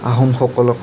আহোম সকলক